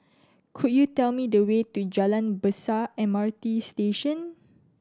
could you tell me the way to Jalan Besar M R T Station